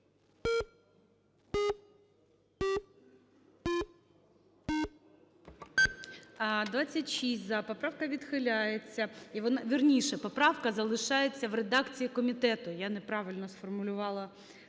За-26 Поправка відхиляється. Вірніше, поправка залишається в редакції комітету. Я неправильно сформулювала